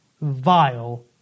vile